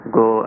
go